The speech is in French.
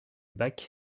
bacs